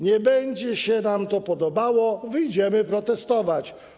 Nie będzie się nam to podobało, wyjdziemy protestować.